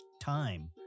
time